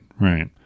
right